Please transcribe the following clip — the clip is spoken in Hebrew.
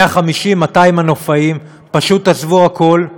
150 200 מנופאים פשוט עזבו הכול,